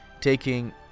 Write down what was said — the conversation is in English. Taking